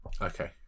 Okay